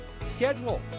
schedule